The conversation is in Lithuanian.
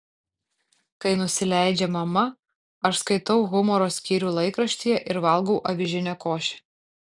kai nusileidžia mama aš skaitau humoro skyrių laikraštyje ir valgau avižinę košę